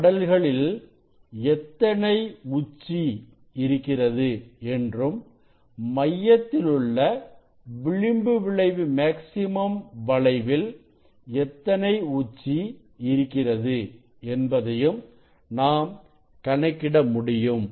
மடல்களில் எத்தனை உச்சி இருக்கிறது என்றும் மையத்திலுள்ள விளிம்பு விளைவு மேக்சிமம் வளைவில் எத்தனை உச்சி இருக்கிறது என்பதையும் நாம் கணக்கிட முடியும்